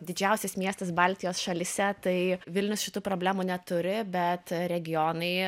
didžiausias miestas baltijos šalyse tai vilnius šitų problemų neturi bet regionai